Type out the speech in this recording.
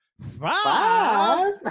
five